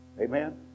Amen